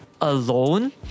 alone